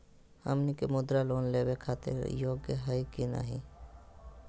हमनी के मुद्रा लोन लेवे खातीर योग्य हई की नही?